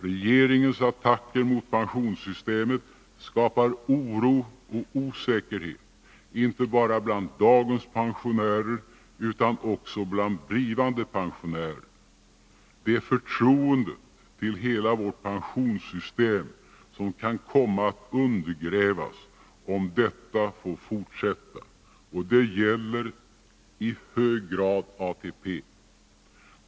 Regeringens attacker mot pensionssystemet skapar oro och Nr 49 osäkerhet inte bara bland dagens pensionärer utan också bland blivande Torsdagen den pensionärer. Det är förtroendet till hela vårt pensionssystem som kan 10 december 1981 komma att undergrävas, om detta får fortsätta. Och det gäller i hög grad ATP.